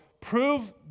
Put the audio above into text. prove